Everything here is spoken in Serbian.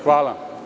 Hvala.